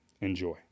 Enjoy